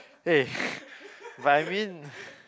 eh but I mean